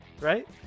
right